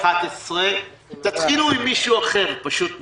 10:45. תתחילו עם מישהו אחר, פשוט מאוד.